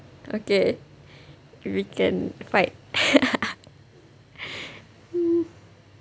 okay we can fight hmm